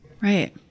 Right